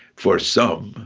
for some,